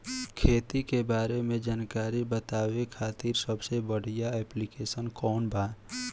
खेती के बारे में जानकारी बतावे खातिर सबसे बढ़िया ऐप्लिकेशन कौन बा?